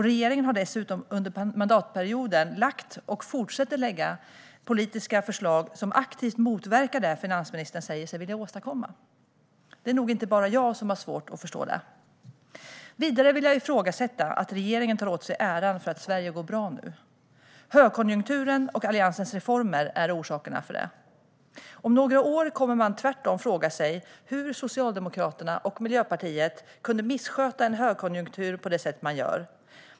Regeringen har dessutom under mandatperioden lagt fram, och fortsätter att lägga fram, politiska förslag som aktivt motverkar det som finansministern säger sig vilja åstadkomma. Det är nog inte bara jag som har svårt att förstå det. Vidare vill jag ifrågasätta att regeringen tar åt sig äran för att Sverige går bra nu. Högkonjunkturen och Alliansens reformer är orsakerna till det. Om några år kommer man tvärtom att fråga sig hur Socialdemokraterna och Miljöpartiet kunde missköta en högkonjunktur på det sätt man nu gör.